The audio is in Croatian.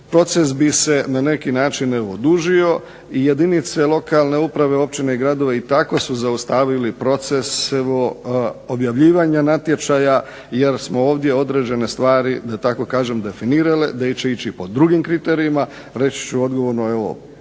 proces bi se produžio i jedinice lokalne uprave, općine i gradova i tako su zaustavili proces objavljivanja natječaja jer smo ovdje određene stvari definirali, da će ići po drugim kriterijima, reći ću odgovorno